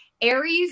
Aries